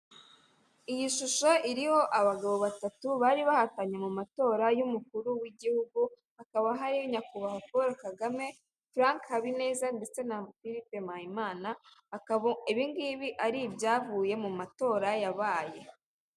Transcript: Iyi shusho iriho abagabo batatu bari bahatanye mu matora y'umukuru w'igihugu, hakaba hariho nyakubahwa Paul Kagame, Frank Habineza ndetse na Philippe Mpayimana, akaba ibi ngibi ari ibyavuye mu matora yabaye.